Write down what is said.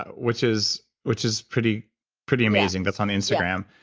which is which is pretty pretty amazing, that's on instagram.